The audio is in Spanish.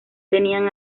tenían